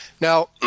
Now